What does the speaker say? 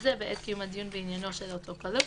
זה בעת קיום הדיון בעניינו של אותו כלוא,